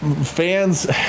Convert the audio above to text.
fans